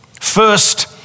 First